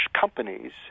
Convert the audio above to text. companies